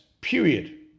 Period